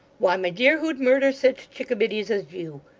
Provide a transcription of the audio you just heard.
why, my dear, who'd murder sich chickabiddies as you?